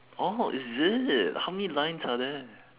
oh is it how many lines are there